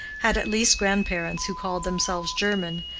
had at least grand-parents who called themselves german,